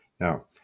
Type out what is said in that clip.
Now